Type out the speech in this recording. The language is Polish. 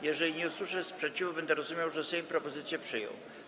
Jeżeli nie usłyszę sprzeciwu, będę rozumiał, że Sejm propozycje przyjął.